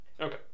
Okay